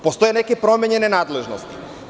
Postoje neke promenjene nadležnosti.